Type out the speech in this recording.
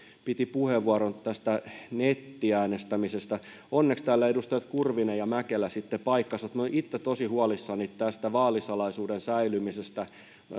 piti puheenvuoron tästä nettiäänestämisestä onneksi täällä edustajat kurvinen ja jani mäkelä sitten paikkasivat minä olen itse tosi huolissani tästä vaalisalaisuuden säilymisestä